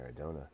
Maradona